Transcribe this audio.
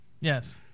Yes